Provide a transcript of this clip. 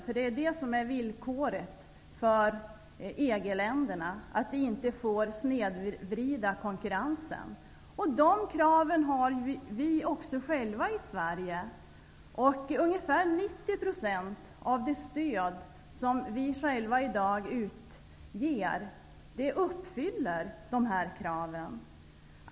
Villkoret för EG länderna är nämligen att det inte får bli fråga om någon snedvridning av konkurrensen. De kraven har vi ju också själva i Sverige. Ungefär 90 % av det stöd som vi själva i dag utger uppfyller EG:s krav.